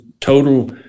total